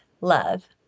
love